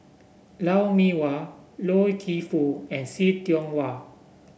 Lou Mee Wah Loy Keng Foo and See Tiong Wah